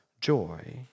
joy